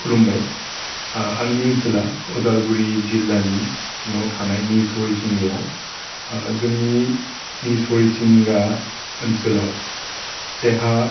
खुलुमबाय आंनि ओनसोला अदालगुरिनि जिल्लानि सिङाव थानाय निस हरिसिंगायाव जोंनि निस हरिसिंगा ओनसोलाव देहा